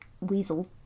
weasel